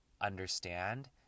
understand